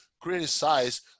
criticize